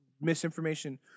misinformation